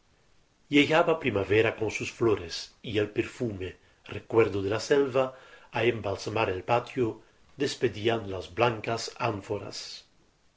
llegaba primavera con sus flores y el perfume recuerdo de la selva á embalsamar el patio despedían las blancas ánforas